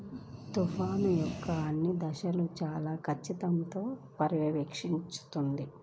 తుఫాను యొక్క అన్ని దశలను చాలా ఖచ్చితత్వంతో పర్యవేక్షిస్తుంది